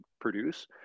produce